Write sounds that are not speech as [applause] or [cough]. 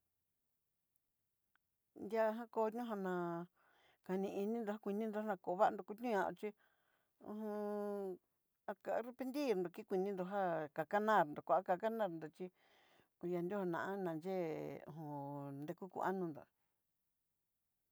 Ndiajá kó nanán kani ininró nakuininró lakuvá'a nró kutí ñaxhí ho o on [hesitation] arrependir nró kikuinriró já kakananró kuakananró chí kui ñá nrios ná nanyée jo o nrekú kuan nonró.